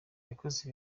yakoze